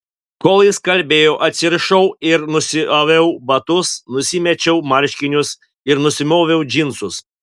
kol jis kalbėjo atsirišau ir nusiaviau batus nusimečiau marškinius ir nusimoviau džinsus